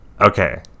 okay